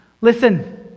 listen